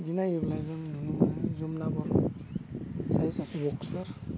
बिदि नायोब्ला जों नुनो मोनो जमुना बर' जाय सासे बक्सार